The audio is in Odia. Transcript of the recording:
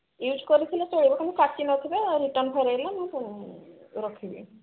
ୟୁଜ୍ କରିଥିଲେ ଚଳିବ କିନ୍ତୁ କାଟି ନ ଥିବେ ଆଉ ରିଟର୍ଣ୍ଣ ଫେରେଇଲେ ମୁଁ ରଖିବି